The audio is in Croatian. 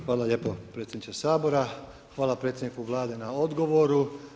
Hvala lijepo predsjedniče Sabora, hvala predsjedniku Vlade na odgovoru.